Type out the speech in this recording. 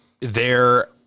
they're-